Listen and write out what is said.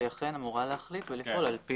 היא אכן אמורה להחליט ולפעול.